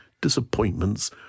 disappointments